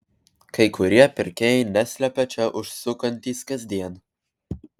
kai kurie pirkėjai neslepia čia užsukantys kasdien